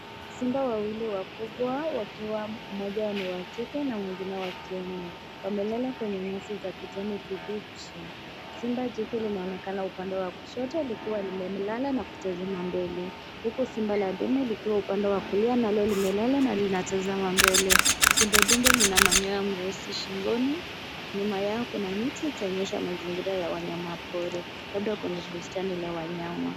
Simba wawili wakubwa wakiwa mmoja ni wa kike na mwigine wa kiume, wamelala kwenye nyasi za kijani kibichi. Simba jike linaonekana upande wa kushoto likiwa limelala na kutazama mbele huku simba la ndume likiwa upande wa kulia nalo limelala na linatazama mbele. Simba ndume lina manyoya meusi shingoni. Nyuma yao kuna miti ikionyesha mazingira ya wanyama pori labda kwenye bustani la wanyama.